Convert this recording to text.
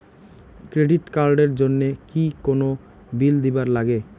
Credit card এর জন্যে কি কোনো বিল দিবার লাগে?